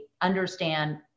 understand